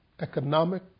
economic